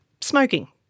smoking